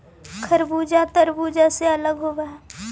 खरबूजा तारबुज से अलग होवअ हई